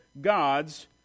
God's